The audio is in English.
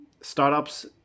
startups